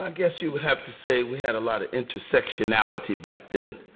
ah guess you would have to say we had a lot of intersectionality back then.